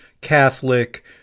Catholic